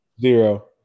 Zero